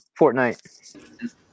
Fortnite